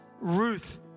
Ruth